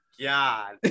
god